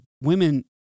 women